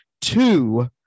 two